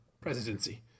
presidency